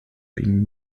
being